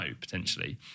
potentially